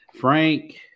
Frank